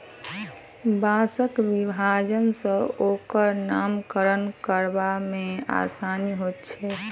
बाँसक विभाजन सॅ ओकर नामकरण करबा मे आसानी होइत छै